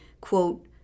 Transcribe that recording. quote